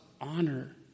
honor